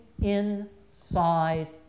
inside